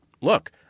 look